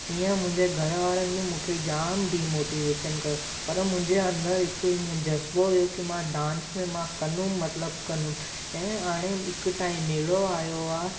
ईअं मुंहिंजे घरु वारनि बि मूंखे जामु डिमोटिवेशन कयो पर मुंहिंजे अंदरि हिकु हीअं जज़्बो हुयो की मां डांस में मां कंदुमि मतिलबु कंदुमि ऐं हाणे बि हिकु टाइम अहिड़ो आयो आहे